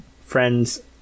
friends